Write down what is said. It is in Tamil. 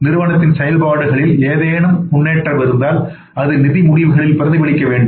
நிறுவனத்தின் செயல்பாடுகளில் ஏதேனும் முன்னேற்றம் இருந்தால் அது நிதி முடிவுகளில் பிரதிபலிக்க வேண்டும்